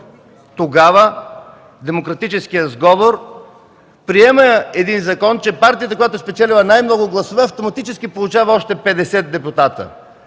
тогава – Демократическият сговор, приема закон, че партията, която спечели най-много гласове, автоматически получава още 50 депутати.